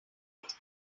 went